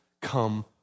come